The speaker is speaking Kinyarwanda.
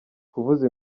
kuvuza